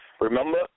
Remember